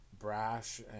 brash